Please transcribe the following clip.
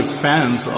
fans